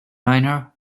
owner